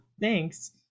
thanks